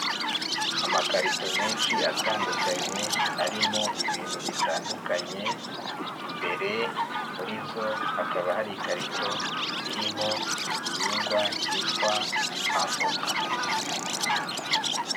Amakarito menshi atandukanye arimo ibintu bitandukanye, imbere muri zo hakaba hari ikarito irimo igihingwa cyitwa avoka.